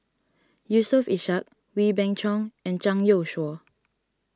Yusof Ishak Wee Beng Chong and Zhang Youshuo